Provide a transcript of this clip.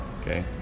okay